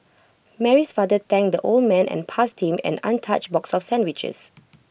Mary's father thanked the old man and passed him an untouched box of sandwiches